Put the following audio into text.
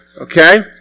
okay